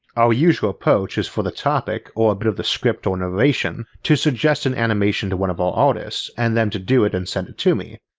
our usual approach is for the topic or a bit of the script or narration to suggest an animation to one of our artists and them to do it and send it to me,